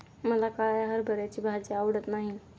मला काळ्या हरभऱ्याची भाजी आवडत नाही